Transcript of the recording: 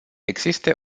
existe